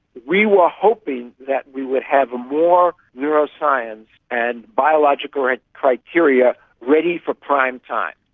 we were hoping that we would have a more neuroscience and biological criteria ready for prime time.